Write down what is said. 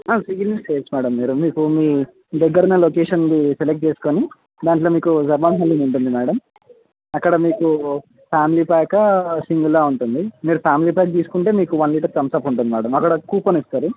ఆ స్విగ్గీ నుంచి చెయ్యచ్చు మేడం మీరు మీకు మీ దగ్గరున్న లొకేషన్ది సెలక్ట్ చేసుకుని దాంట్లో మీకు జబాన్ హలీమ్ ఉంటుంది మేడం అక్కడ మీకు ఫ్యామిలీ ప్యాకా సింగిలా ఉంటుంది మీరు ఫ్యామిలీ ప్యాక్ తీసుకుంటే మీకు వన్ లీటర్ థమ్సప్ ఉంటుంది మేడం అక్కడ కూపన్ ఇస్తారు